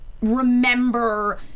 remember